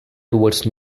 toward